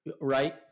right